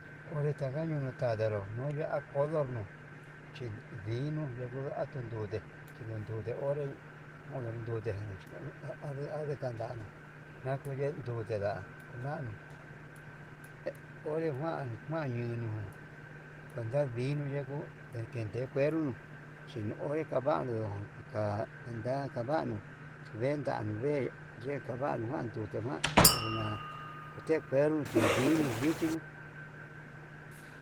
Onré takañunu konrono chindinu yenguo atuu ndude tindun ndute onré, onde nute chi a adekanda, nakuye ndute nda'a kunanu onre kuan kuanu ñayunu kuenta vike yeko'o, endente kueru nuu xhi onre kava'a ndendo nduka kuenta kavanuu chindentanu vee, ye kavanuu kuandute va'a erna kute kueno chi'í ndinuu yichinu.